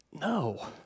No